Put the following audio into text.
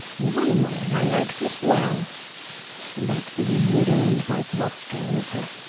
one way i like this well but being widow, and my gloucester with her,